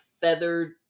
feathered